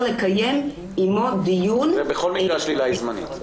לקיים עימו דיון --- בכל מקרה השלילה היא זמנית.